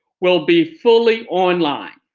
will be fully online.